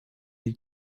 die